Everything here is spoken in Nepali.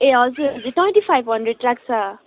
ए हजुर हजुर ट्वेन्टी फाइभ हन्ड्रेड लाग्छ